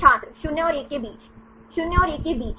छात्र 0 और 1 के बीच 0 और 1 के बीच